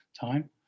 time